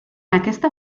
aquesta